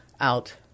out